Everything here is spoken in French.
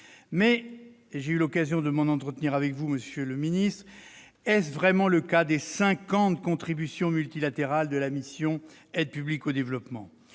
j'ai eu l'occasion de m'en entretenir avec vous, monsieur le ministre, est-ce vraiment le cas des 50 contributions multilatérales de la mission « Aide publique au développement